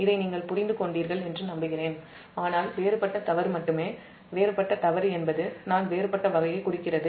இதை நீங்கள் புரிந்து கொண்டீர்கள் என்று நம்புகிறேன் ஆனால் வேறுபட்ட தவறு மட்டுமே வேறுபட்ட தவறு என்பது நான் வேறுபட்ட வகையை குறிக்கிறது